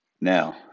Now